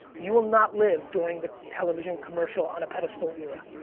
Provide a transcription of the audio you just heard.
you will not live during the television commercial on a pedestal era.